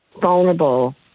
vulnerable